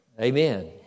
Amen